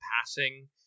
passing